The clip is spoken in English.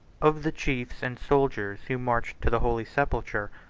of the chiefs and soldiers who marched to the holy sepulchre,